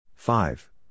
Five